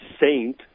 saint